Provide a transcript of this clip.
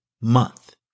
Month